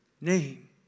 name